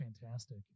fantastic